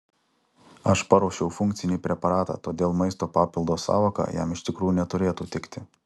aš paruošiau funkcinį preparatą todėl maisto papildo sąvoka jam iš tikrųjų neturėtų tikti